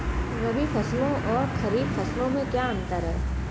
रबी फसलों और खरीफ फसलों में क्या अंतर है?